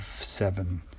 seven